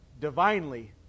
divinely